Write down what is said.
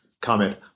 comment